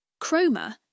Chroma